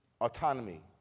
autonomy